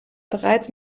bereits